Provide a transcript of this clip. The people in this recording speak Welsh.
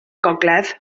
gogledd